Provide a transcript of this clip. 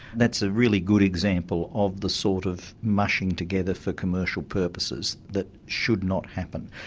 that's a really good example of the sort of mushing together for commercial purposes that should not happen.